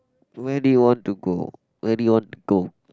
where do you want to go where do you want to go